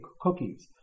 cookies